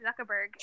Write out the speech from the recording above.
Zuckerberg